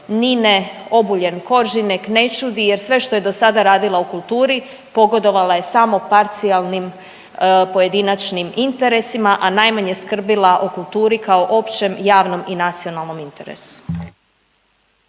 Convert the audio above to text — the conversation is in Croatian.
Nine Obuljen Koržinek ne čudi jer sve što je dosada radila u kulturi pogodovala je samo parcijalnim pojedinačnim interesima, a najmanje skrbila o kulturi kao općem javnom i nacionalnom interesu.